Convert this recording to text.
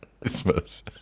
Christmas